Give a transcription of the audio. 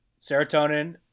serotonin